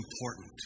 important